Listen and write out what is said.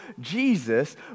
Jesus